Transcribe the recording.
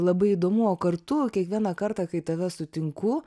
labai įdomu o kartu kiekvieną kartą kai tave sutinku